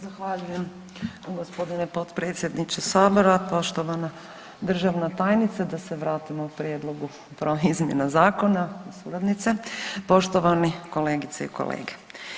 Zahvaljujem g. potpredsjedniče sabora, poštovana državna tajnice, da se vratimo prijedlogu izmjena zakona, suradnice, poštovani kolegice i kolege.